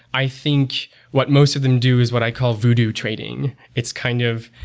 i think what most of them do is what i call voodoo trading. it's kind of